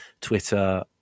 Twitter